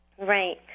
Right